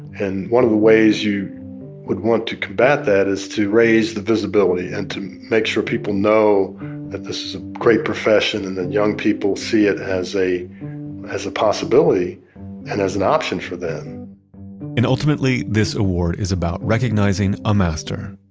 and one of the ways you would want to combat that is to raise the visibility and to make sure people know that this is a great profession and that young people see it as a as a possibility and as an option for them ultimately, this award is about recognizing a master,